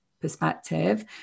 perspective